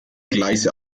gleise